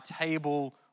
table